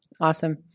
awesome